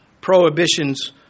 prohibitions